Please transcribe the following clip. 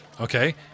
Okay